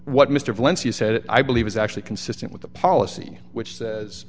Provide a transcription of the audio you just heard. what mr valencia said i believe is actually consistent with the policy which says